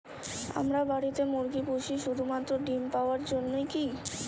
আমরা বাড়িতে মুরগি পুষি শুধু মাত্র ডিম পাওয়ার জন্যই কী?